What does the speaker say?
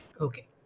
Okay